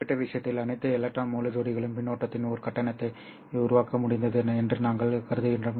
இந்த குறிப்பிட்ட விஷயத்தில் அனைத்து எலக்ட்ரான் முழு ஜோடிகளும் மின்னோட்டத்தின் ஒரு கட்டணத்தை உருவாக்க முடிந்தது என்று நாங்கள் கருதுகிறோம்